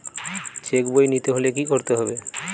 Check বই নিতে হলে কি করতে হবে?